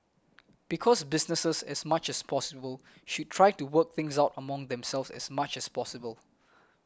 because businesses as much as possible should try to work things out among themselves as much as possible